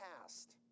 past